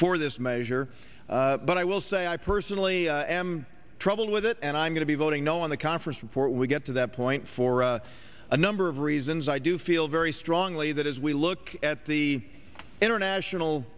for this measure but i will say i personally am troubled with it and i'm going to be voting no on the conference before we get to that point for a number of reasons i do feel very strongly that as we look at the international